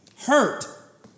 hurt